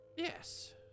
Yes